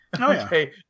okay